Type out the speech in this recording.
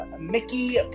Mickey